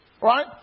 Right